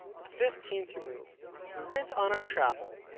the fifteenth remove we went on our travel.